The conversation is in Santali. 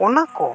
ᱚᱱᱟ ᱠᱚ